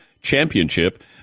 Championship